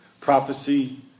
prophecy